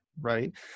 Right